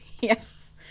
yes